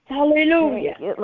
Hallelujah